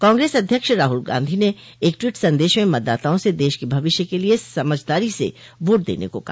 कांग्रेस अध्यक्ष राहल गांधी ने एक ट्वीट संदेश मं मतदाताओं से देश के भविष्य के लिए समझदारी से वोट देने को कहा